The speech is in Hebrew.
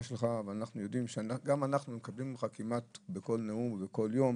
שלך וגם אנחנו מקבלים ממך כמעט בכל נאום ובכל יום